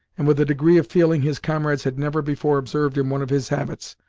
and with a degree of feeling his comrades had never before observed in one of his habits,